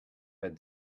had